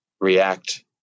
react